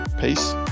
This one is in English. Peace